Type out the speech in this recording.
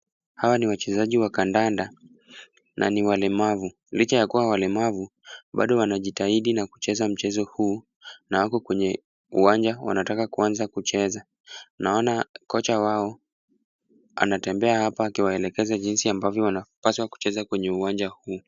Hawa ni wachezaji wa kandanda na ni walemavu. Licha ya kuwa walemavu, bado wanajitahidi na kucheza mchezo huu, na wako kwenye uwanja wanataka kuanza kucheza. Naona kocha wao anatembea hapa akiwaelekeza jinsi wanavyopaswa kucheza kwenye uwanja huu.